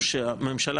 ועכשיו יודעים שהממשלה